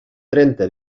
trenta